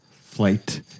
flight